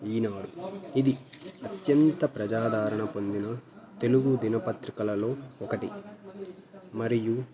ఈనాడు ఇది అత్యంత ప్రజాదరణ పొందిన తెలుగు దినపత్రికలలో ఒకటి మరియు